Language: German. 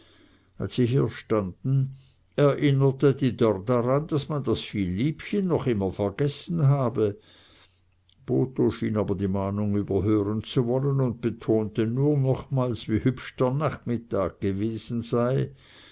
als sie hier standen erinnerte die dörr daran daß man das vielliebchen noch immer vergessen habe botho schien aber die mahnung überhören zu wollen und betonte nur nochmals wie hübsch der nachmittag gewesen sei